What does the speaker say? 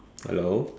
hello